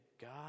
God